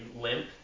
limp